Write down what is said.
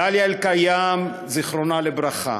דליה אליקים, זיכרונה לברכה,